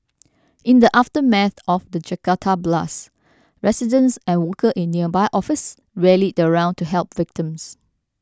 in the aftermath of the Jakarta blasts residents and workers in nearby office rallied round to help victims